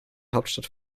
hauptstadt